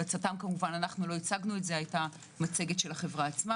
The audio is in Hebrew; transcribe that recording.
בצט"ם כמובן לא הצגנו את זה - היתה מצגת של החברה עצמה